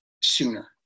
sooner